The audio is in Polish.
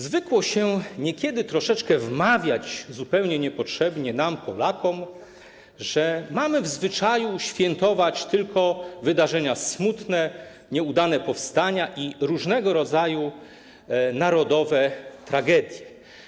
Zwykło się niekiedy troszeczkę wmawiać, zupełnie niepotrzebnie, nam Polakom, że mamy w zwyczaju świętować tylko wydarzenia smutne, nieudane powstania i różnego rodzaju narodowe tragedie.